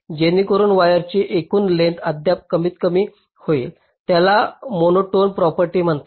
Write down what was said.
जेणेकरून वायरची एकूण लेंग्थस अद्याप कमीतकमी होईल त्याला मोनोटोन प्रॉपर्टी म्हणतात